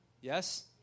Yes